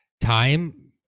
time